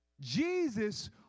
Jesus